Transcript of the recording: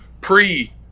pre